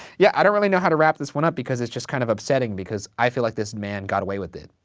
yeah, i don't really know how to wrap this one up because it's just kind of upsetting because i feel like this man got away with it.